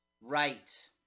Right